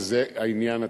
וזה עניין התקציב.